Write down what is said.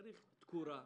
צריך תקורה.